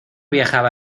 viajaba